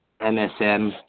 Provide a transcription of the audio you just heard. MSM